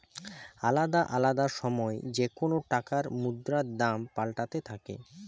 আলদা আলদা সময় যেকোন টাকার মুদ্রার দাম পাল্টাতে থাকে